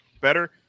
better